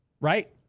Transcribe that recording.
right